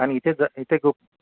आणि इथे जर इथे गु